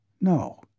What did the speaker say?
No